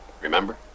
Remember